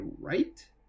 right